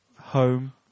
home